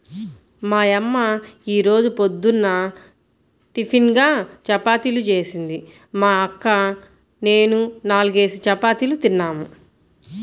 మా యమ్మ యీ రోజు పొద్దున్న టిపిన్గా చపాతీలు జేసింది, మా అక్క నేనూ నాల్గేసి చపాతీలు తిన్నాం